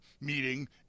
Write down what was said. meeting